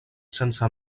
sense